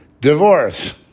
divorce